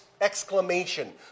exclamation